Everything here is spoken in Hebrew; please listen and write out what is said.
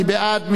מי בעד?